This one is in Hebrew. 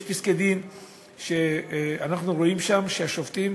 יש פסקי-דין שאנחנו רואים שם שהשופטים